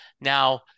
now